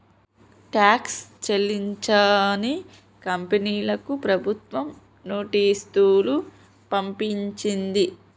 tax చెల్లించని కంపెనీలకు ప్రభుత్వం నోటీసులు పంపించింది